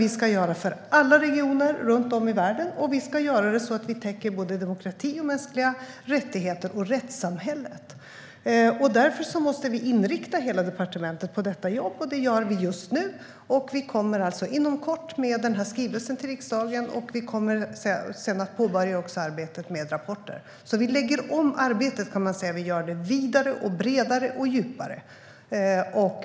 Vi ska göra det för alla regioner runt om i världen, och vi ska göra det så att vi täcker både demokrati och mänskliga rättigheter och rättssamhället. Därför måste vi inrikta hela departementet på detta jobb, och det gör vi just nu. Vi kommer inom kort med skrivelsen till riksdagen, och vi kommer sedan att påbörja arbetet med rapporter. Vi lägger om arbetet och gör det vidare, bredare och djupare.